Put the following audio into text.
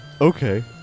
Okay